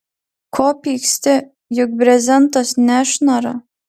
ko pyksti juk brezentas nešnara